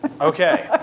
Okay